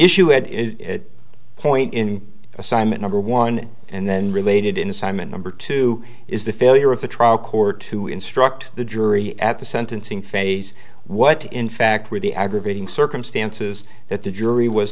issue and it point in assignment number one and then related in simon number two is the failure of the trial court to instruct the jury at the sentencing phase what in fact were the aggravating circumstances that the jury was